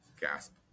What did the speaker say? Gasp